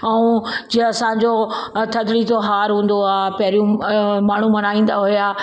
ऐं जीअं असांजो अ थदड़ी जो हार हूंदो आहे पहिरियूं अ माण्हू मल्हाईंदा हुया